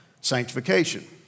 sanctification